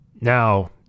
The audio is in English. Now